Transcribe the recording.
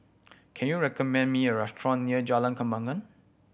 can you recommend me a restaurant near Jalan Kembangan